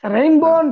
Rainbow